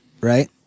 Right